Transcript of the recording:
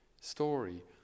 story